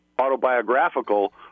autobiographical